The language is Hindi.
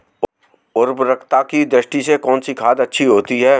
उर्वरकता की दृष्टि से कौनसी खाद अच्छी होती है?